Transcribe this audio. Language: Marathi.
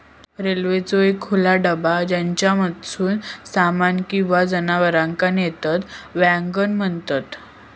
रेल्वेचो एक खुला डबा ज्येच्यामधसून सामान किंवा जनावरांका नेतत वॅगन म्हणतत